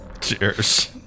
Cheers